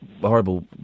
horrible